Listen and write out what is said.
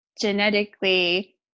genetically